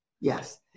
Yes